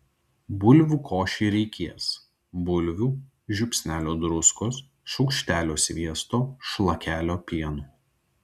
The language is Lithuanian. bulvių košei reikės bulvių žiupsnelio druskos šaukštelio sviesto šlakelio pieno